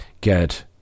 get –